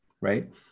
Right